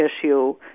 issue